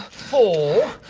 four,